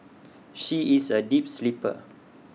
she is A deep sleeper